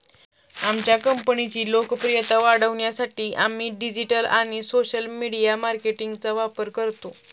आमच्या कंपनीची लोकप्रियता वाढवण्यासाठी आम्ही डिजिटल आणि सोशल मीडिया मार्केटिंगचा वापर करतो